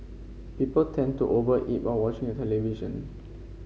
people tend to over eat while watching the television